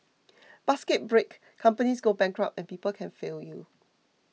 baskets break companies go bankrupt and people can fail you